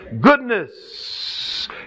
Goodness